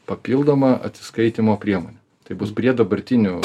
papildoma atsiskaitymo priemonė tai bus prie dabartinių